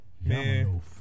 Man